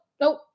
nope